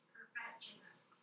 Perfectionist